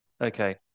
Okay